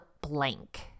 blank